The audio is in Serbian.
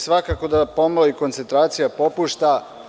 Svakako da pomalo i koncentracija popušta.